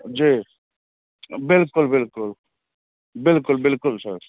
जी बिलकुल बिलकुल बिलकुल बिलकुल सर